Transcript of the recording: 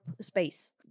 space